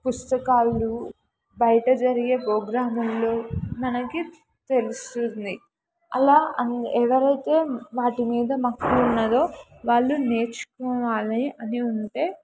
పుస్తకాలు బయట జరిగే ప్రోగ్రాములలో మనకి తెలుస్తుంది అలా అ ఎవరైతే వాటి మీద మక్కువ ఉన్నదో వాళ్ళు నేర్చుకోవాలి అని ఉంటే